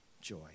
joy